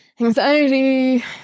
Anxiety